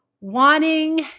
wanting